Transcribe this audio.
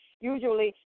usually